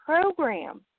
program